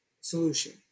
solution